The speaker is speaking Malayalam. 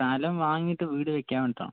സ്ഥലം വാങ്ങീട്ട് വീട് വയ്ക്കാൻ വേണ്ടിയിട്ടാണ്